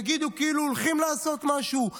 יגידו כאילו הולכים לעשות משהו,